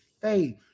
faith